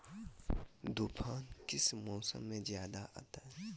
तूफ़ान किस मौसम में ज्यादा आता है?